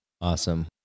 Awesome